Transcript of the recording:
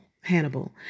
Hannibal